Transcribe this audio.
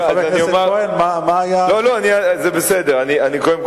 כמה אנטנות מוצבות בכל אחת מהערים הבאות: בני-ברק,